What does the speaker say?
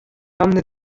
jamna